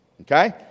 Okay